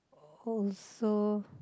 oh so